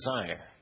desire